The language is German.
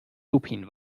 lupin